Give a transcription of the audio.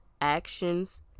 actions